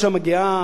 לאלפים,